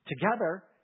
together